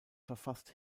verfasst